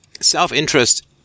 self-interest